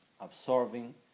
absorbing